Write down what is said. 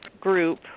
group